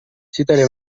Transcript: citaré